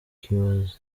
cures